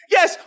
Yes